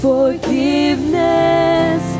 Forgiveness